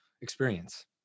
experience